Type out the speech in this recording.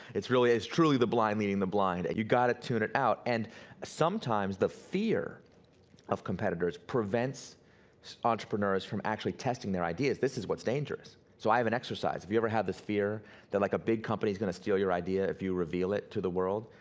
it's truly the blind leading the blind. and you gotta tune it out. and sometimes the fear of competitors prevents so entrepreneurs from actually testing their ideas. this is what's dangerous. so i have an exercise, if you ever have this fear that like a big company is gonna steal your idea if you reveal it to the world,